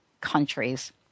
countries